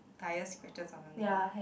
tire scratches or something